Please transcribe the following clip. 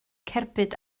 cerbyd